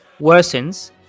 worsens